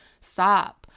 stop